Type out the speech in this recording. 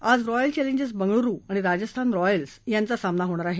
आज Royal Challengers Bengaluru आणि Rajasthan Royals यांचा सामना होणार आहे